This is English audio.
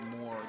more